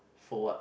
for what